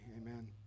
Amen